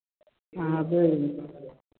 हाँ वही